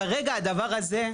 כרגע הדבר הזה,